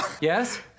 Yes